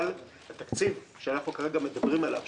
אבל התקציב שאנחנו כרגע מדברים עליו,